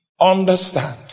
understand